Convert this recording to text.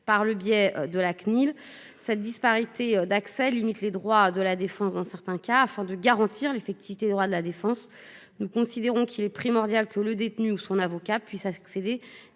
par le biais de la CNIL. Cette disparité d'accès limite les droits de la défense dans certains cas, afin de garantir l'effectivité des droits de la défense. Nous considérons qu'il est primordial que le détenu ou son avocat puisse accéder